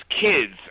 kids